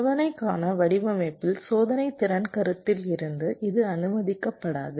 சோதனைக்கான வடிவமைப்பில் சோதனைத்திறன் கருத்தில் இருந்து இது அனுமதிக்கப்படாது